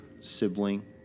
sibling